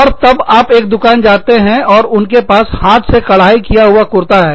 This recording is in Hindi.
और तब आप एक दुकान जाते हैं और उनके पास हाथ से कढ़ाई किया हुआ कुर्ता हैं